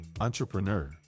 entrepreneur